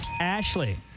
Ashley